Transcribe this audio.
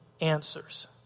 answers